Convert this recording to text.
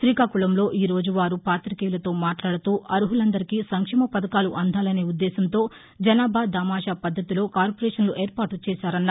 తీకాకుళంలో ఈరోజు వారు పాతికేయులతో మాట్లాదుతూ అర్హులందరికీ సంక్షేమ పథకాలు అందాలనే ఉద్దేశ్యంతో జనాభా దామాషా పద్దతిలో కార్పొరేషన్లు ఏర్పాటు చేశారన్నారు